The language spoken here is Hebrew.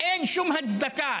אין שום הצדקה.